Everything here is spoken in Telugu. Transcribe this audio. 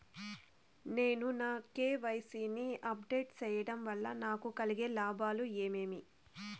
నేను నా కె.వై.సి ని అప్ డేట్ సేయడం వల్ల నాకు కలిగే లాభాలు ఏమేమీ?